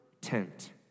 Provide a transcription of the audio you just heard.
tent